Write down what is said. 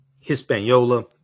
Hispaniola